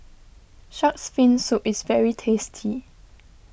Shark's Fin Soup is very tasty